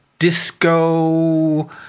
disco